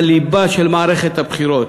בליבה של מערכת הבחירות,